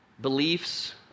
beliefs